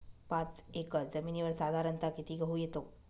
पाच एकर जमिनीवर साधारणत: किती गहू येतो?